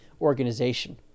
organization